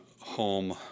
home